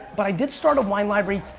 but i did start a wine library